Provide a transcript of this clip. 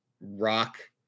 rock –